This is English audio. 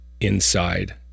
inside